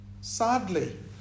Sadly